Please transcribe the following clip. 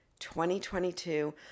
2022